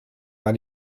war